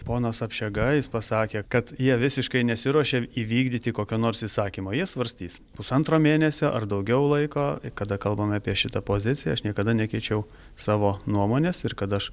ponas apšega jis pasakė kad jie visiškai nesiruošia įvykdyti kokio nors įsakymo jie svarstys pusantro mėnesio ar daugiau laiko kada kalbame apie šitą poziciją aš niekada nekeičiau savo nuomonės ir kad aš